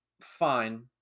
fine